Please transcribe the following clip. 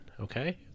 okay